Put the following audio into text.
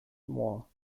moor